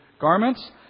garments